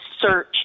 search